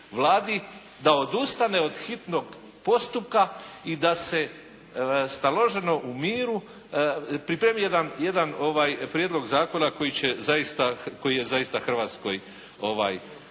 da odustane od hitnog postupka i da se staloženo u miru pripremi jedan prijedlog zakona koji će zaista, koji